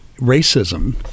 racism